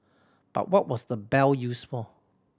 but what was the bell used for